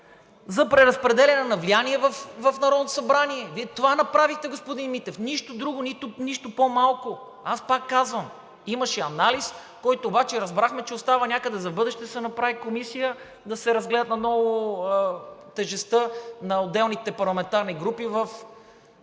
за преразпределяне на влияние в Народното събрание. Вие това направихте, господин Митев. Нищо друго. Нищо по-малко. Аз пак казвам, имаше анализ, който обаче разбрахме, че остава някъде за в бъдеще да се направи комисия, да се разгледа наново тежестта на отделните парламентарни групи в